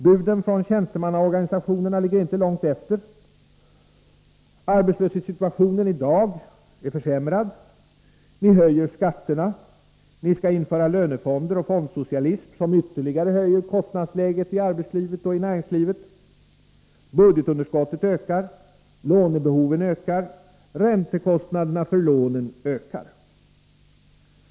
Buden från tjänstemannaorganisationerna ligger inte långt efter. Arbetslöshetssituationen är i dag försämrad. Ni höjer skatterna. Ni skall införa löntagarfonder och fondsocialism, som ytterligare höjer kostnadsläget i arbetsoch näringslivet. Budgetunderskottet ökar. Lånebehovet ökar. Räntekostnaderna för lånen ökar.